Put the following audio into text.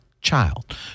child